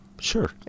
Sure